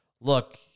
look